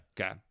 Okay